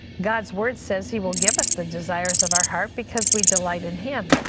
god's word says he will give us the desires of our heart because we delight in him.